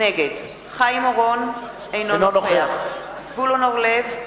נגד חיים אורון, אינו נוכח זבולון אורלב,